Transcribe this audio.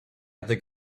other